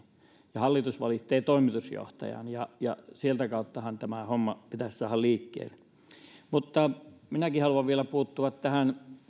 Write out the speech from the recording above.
ja hallitus valitsee toimitusjohtajan ja ja sieltä kauttahan tämä homma pitäisi saada liikkeelle minäkin haluan vielä puuttua tähän